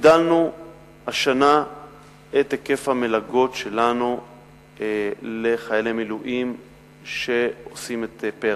הגדלנו את היקף המלגות שלנו לחיילי מילואים שעושים פר"ח.